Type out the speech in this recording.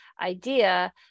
idea